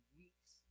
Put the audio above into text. weeks